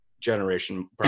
generation